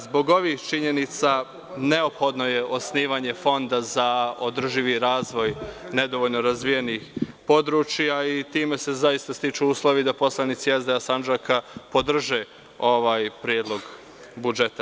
Zbog ovih činjenica, neophodno je osnivanje fonda za održivi razvoj nedovoljno razvijenih područja i time se zaista stiču uslovi da poslanici SDA Sandžaka podrže ovaj predlog budžeta.